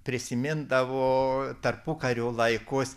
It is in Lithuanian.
prisimindavo tarpukario laikus